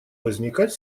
возникать